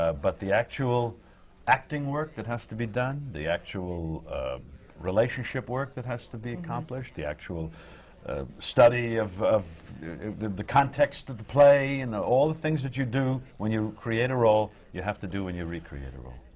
ah but the actual acting work that has to be done, the actual relationship work that has to be accomplished, the actual ah study of of the the context of the play and all the things that you do when you create a role, you have to do when you recreate a role.